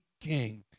king